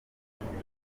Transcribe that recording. akarere